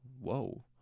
whoa